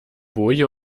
boje